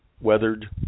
weathered